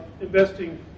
investing